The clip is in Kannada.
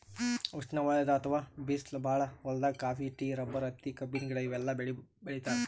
ಉಷ್ಣವಲಯದ್ ಅಥವಾ ಬಿಸ್ಲ್ ಭಾಳ್ ಹೊಲ್ದಾಗ ಕಾಫಿ, ಟೀ, ರಬ್ಬರ್, ಹತ್ತಿ, ಕಬ್ಬಿನ ಗಿಡ ಇವೆಲ್ಲ ಬೆಳಿ ಬೆಳಿತಾರ್